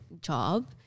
job